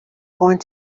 going